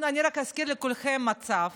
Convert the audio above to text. אני רק אזכיר לכולם מצב